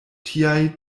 tiaj